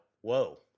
whoa